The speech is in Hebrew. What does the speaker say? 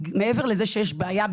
של הפסיכולוגיה הציבורית,